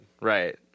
Right